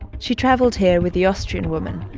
she travelled here with the austrian woman.